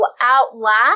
outlast